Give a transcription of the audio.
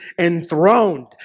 enthroned